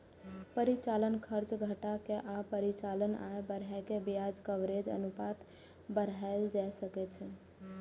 परिचालन खर्च घटा के आ परिचालन आय बढ़ा कें ब्याज कवरेज अनुपात बढ़ाएल जा सकै छै